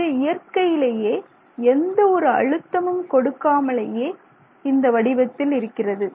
இது இயற்கையிலேயே எந்த ஒரு அழுத்தமும் கொடுக்காமலேயே இந்த வடிவத்தில் இருக்கிறது